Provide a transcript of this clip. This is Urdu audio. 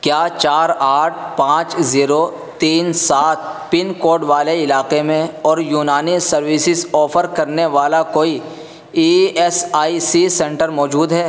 کیا چار آٹھ پانچ زیرو تین سات پن کوڈ والے علاقے میں اور یونانی سروسز آفر کرنے والا کوئی E S I C centre موجود ہے